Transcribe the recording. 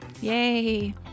Yay